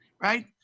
right